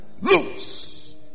loose